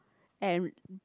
and